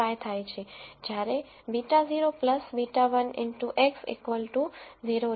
5 થાય છે જ્યારે β0 β1 X 0 છે